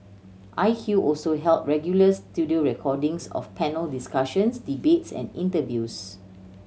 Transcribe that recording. I Q also held regular studio recordings of panel discussions debates and interviews